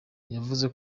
yavuze